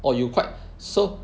oh you quite so